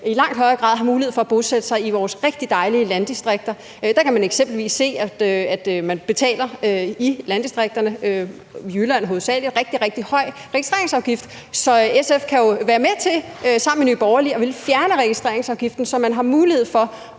i langt højere grad har mulighed for at bosætte sig i vores rigtig dejlige landdistrikter. Der kan man eksempelvis se, at man – og det er hovedsagelig i Jylland – betaler en rigtig, rigtig høj registreringsafgift. Så SF kan jo være med til sammen med Nye Borgerlige at fjerne registreringsafgiften, så man har mulighed for